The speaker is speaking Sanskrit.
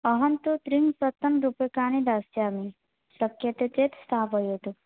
अहं तु त्रिशतं रूप्यकाणि दास्यामि शक्यते चेत् स्थापयतु